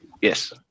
Yes